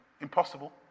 Impossible